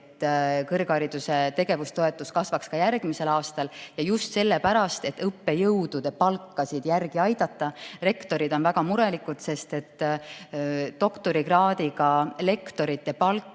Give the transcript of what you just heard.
et kõrghariduse tegevustoetus kasvaks ka järgmisel aastal. Kasvaks just sellepärast, et õppejõudude palkasid järele aidata. Rektorid on väga murelikud, sest doktorikraadiga lektorite palk